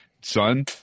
son